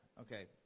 Okay